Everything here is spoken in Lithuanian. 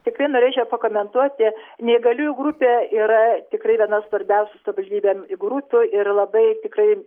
tikrai norėčiau pakomentuoti neįgaliųjų grupė yra tikrai viena svarbiausių savivaldybėm grupių ir labai tikrai